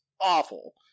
awful